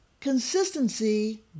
consistency